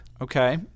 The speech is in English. okay